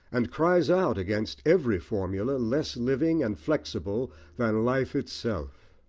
and cries out against every formula less living and flexible than life itself.